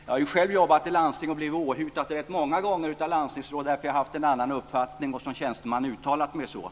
Jag har själv jobbat inom landstinget och blivit åthutad rätt många gånger av landstingsråd därför att jag har haft en annan uppfattning och som tjänsteman uttalat den.